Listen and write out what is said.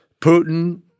Putin